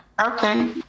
Okay